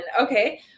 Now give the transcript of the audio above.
Okay